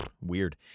weird